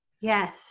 Yes